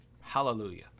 hallelujah